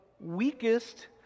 weakest